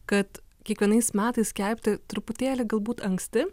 kad kiekvienais metais skelbti truputėlį galbūt anksti